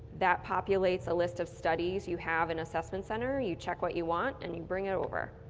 that populates a list of studies you have in assessment center. you check what you want and you bring it over.